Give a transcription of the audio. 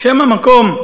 שם המקום,